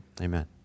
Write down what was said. amen